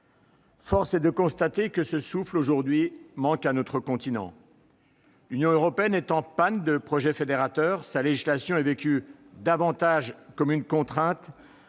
Force est de constater que ce souffle, aujourd'hui, manque à notre continent. L'Union européenne est en panne de projets fédérateurs, sa législation est vécue davantage comme une contrainte